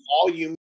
volume